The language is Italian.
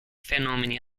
fenomeni